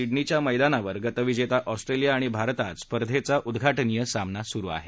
सिडनीच्या मैदानावर गतविजेता ऑस्ट्रेलिया आणि भारतात स्पर्धेचा उद्घाटनीय सामना सुरु आहे